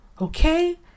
Okay